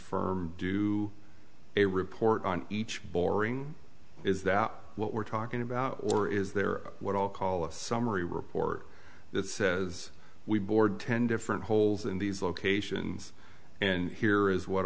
firm do a report on each boring is that what we're talking about or is there what i'll call a summary report that says we board ten different holes in these locations and here is what